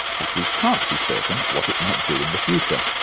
but we can't be certain what it might do in the future.